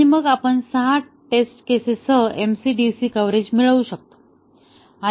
आणि मग आपण 6 टेस्टिंग केसेस सह MCDC कव्हरेज मिळवू शकतो